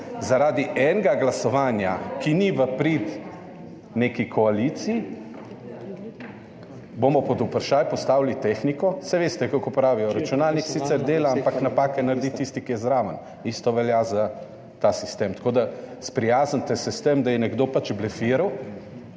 zaradi enega glasovanja, ki ni v prid neki koaliciji, pod vprašaj postavili tehniko – saj veste, kako pravijo, računalnik sicer dela, ampak napake naredi tisti, ki je zraven. Isto velja za ta sistem. Tako da sprijaznite se s tem, da je nekdo pač blefiral,